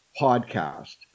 podcast